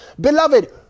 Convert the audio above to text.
Beloved